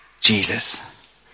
Jesus